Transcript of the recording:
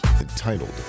entitled